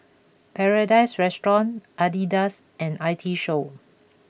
Paradise Restaurant Adidas and I T Show